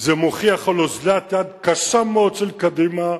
זה מוכיח על אוזלת יד קשה מאוד של קדימה,